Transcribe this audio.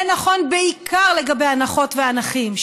זה נכון בעיקר לגבי הנכות והנכים,